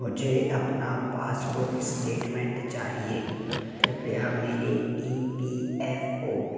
मुझे अपना passbook statement चाहिए कृपया मेरे ई पी एफ ओ